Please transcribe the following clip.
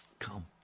Come